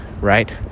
right